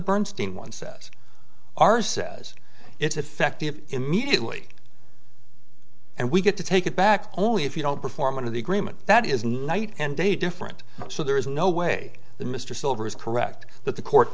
bernstein one says are says it's effective immediately and we get to take it back only if you don't perform under the agreement that is night and day different so there is no way the mr silver is correct that the court